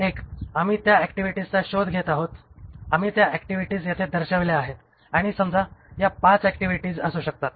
1 आम्ही त्या ऍक्टिव्हिटीजचा शोध घेत आहोत आम्ही त्या ऍक्टिव्हिटीज येथे दर्शविल्या आहेत आणि समजा या पाच ऍक्टिव्हिटीज असू शकतात